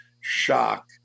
shock